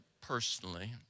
personally